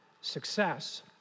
success